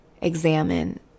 examine